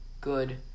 good